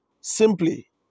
simply